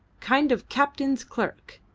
kind of captain's clerk.